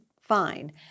fine